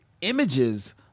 images